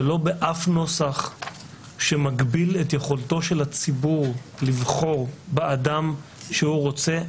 ולא באף נוסח שמגביל את יכולתו של הציבור לבחור באדם שהוא רוצה,